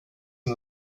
and